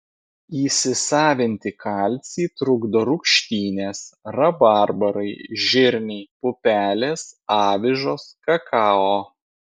įsisavinti kalcį trukdo rūgštynės rabarbarai žirniai pupelės avižos kakao